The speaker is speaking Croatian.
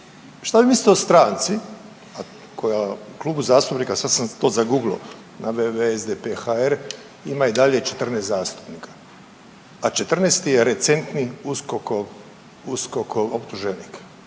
što vi mislite o stranci koja klubu zastupnika, sad sam to zaguglao na www.sdp.hr ima i dalje 14 zastupnika, a 14-i je recentni USKOK-ov, USKOK-ov optuženik.